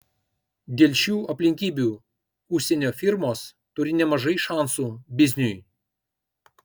dėl šių aplinkybių užsienio firmos turi nemažai šansų bizniui